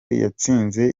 yatsinze